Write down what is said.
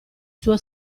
suo